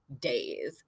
days